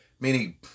meaning